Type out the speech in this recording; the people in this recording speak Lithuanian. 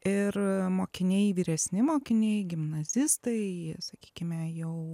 ir mokiniai vyresni mokiniai gimnazistai sakykime jau